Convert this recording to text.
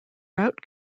route